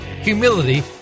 humility